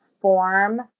form